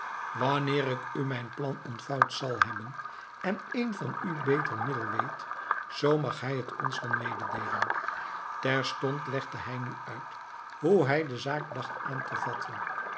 wanneer ik u mijn plan ontvouwd zal hebben en één van u een beter middel weet zoo mag hij het ons dan mededeelen terstond legde hij hun nu uit hoe hij de zaak dacht aan te vatten